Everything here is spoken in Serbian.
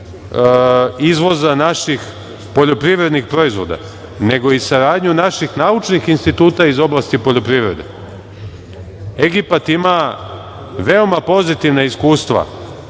izvoza naših poljoprivrednih proizvoda, nego i saradnju naših naučnih instituta iz oblasti poljoprivrede. Egipat ima veoma pozitivna iskustva